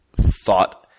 thought